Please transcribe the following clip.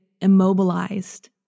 immobilized